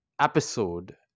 episode